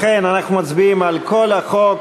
לכן אנחנו מצביעים על כל החוק